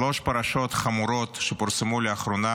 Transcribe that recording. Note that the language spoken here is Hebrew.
שלוש פרשות חמורות שפורסמו לאחרונה